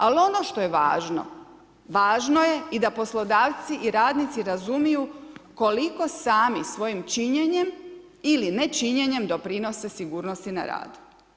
Ali ono što je važno, važno je i da poslodavci i radnici razumiju koliko sami svojim činjenjem ili nečinjenjem doprinose sigurnosti na radu.